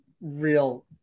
real